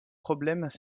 problèmes